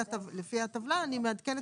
לפי הטבלה אני מעדכנת את הנתונים לפי היקף המשרה.